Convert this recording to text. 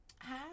Hi